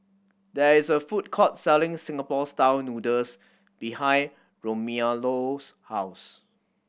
there is a food court selling Singapore Style Noodles behind Romello's house